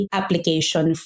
application